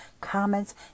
comments